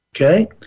okay